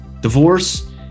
divorce